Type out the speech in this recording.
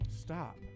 Stop